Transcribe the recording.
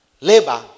Labor